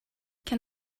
can